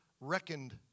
reckoned